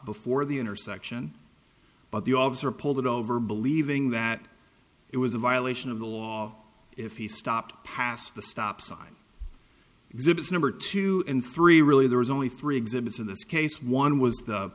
before the intersection but the officer pulled it over believing that it was a violation of the law if he stopped passed the stop sign exhibits number two and three really there was only three exhibits in this case one was